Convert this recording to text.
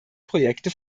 projekte